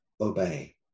obey